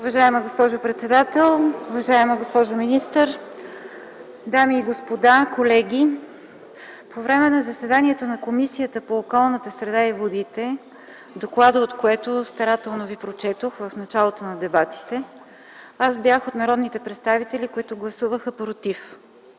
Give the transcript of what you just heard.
Уважаема госпожо председател, уважаема госпожо министър, дами и господа, колеги! По време на заседанието в Комисията по околната среда и водите, докладът от което старателно ви прочетох в началото на дебатите, аз бях от народните представители, които гласуваха против